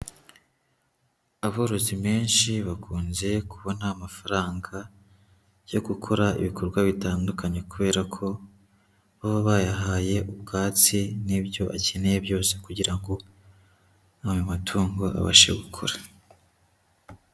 Aborozi benshi bakunze kubona amafaranga yo gukora ibikorwa bitandukanye kubera ko baba bayahaye ubwatsi n'ibyo akeneye byose kugira ngo ayo matungo abashe gukura.